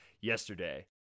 yesterday